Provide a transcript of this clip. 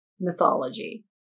mythology